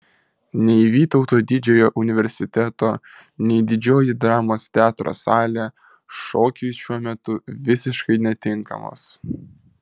nei vytauto didžiojo universiteto nei didžioji dramos teatro salė šokiui šiuo metu visiškai netinkamos